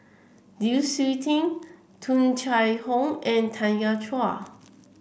Lu Suitin Tung Chye Hong and Tanya Chua